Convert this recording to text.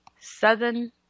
Southern